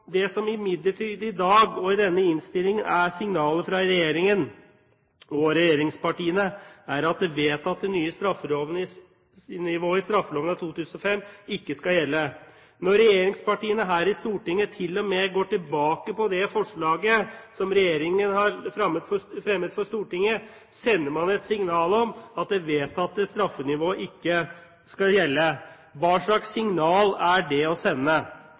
Det som imidlertid i dag og i denne innstillingen er signalet fra regjeringen og regjeringspartiene, er at det vedtatte nye straffenivået i straffeloven av 2005 ikke skal gjelde. Når regjeringspartiene her i Stortinget til og med går tilbake på det forslaget som regjeringen har fremmet for Stortinget, sender man et signal om at det vedtatte straffenivået ikke skal gjelde. Hva slags signal er det å sende?